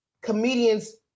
comedians